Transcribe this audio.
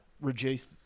reduce